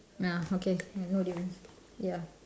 ya okay no difference ya